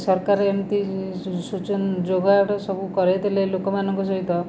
ସରକାର ଏମିତି ସୂଚନ ଯୋଗାଡ଼ ସବୁ କରାଇଦେଲେ ଲୋକ ମାନଙ୍କ ସହିତ